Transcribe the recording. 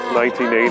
1980